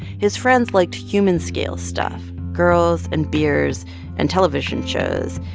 his friends liked human-scale stuff girls and beers and television shows.